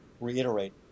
reiterate